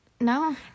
No